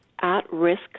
at-risk